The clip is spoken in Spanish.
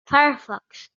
firefox